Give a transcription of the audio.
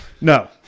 No